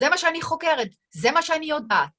זה מה שאני חוקרת, זה מה שאני יודעת.